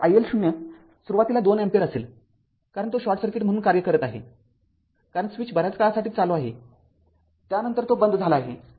तर i L 0 सुरुवातीस २ ampere असेल कारण तो शॉर्ट सर्किट म्हणून कार्य करत आहे कारण स्विच बऱ्याच काळासाठी चालू आहे त्यानंतर तो बंद झाला आहे